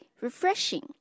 refreshing